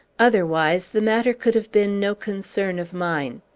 otherwise, the matter could have been no concern of mine.